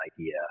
idea